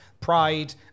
pride